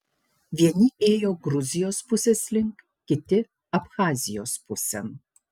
vieni ėjo gruzijos pusės link kiti abchazijos pusėn